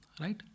right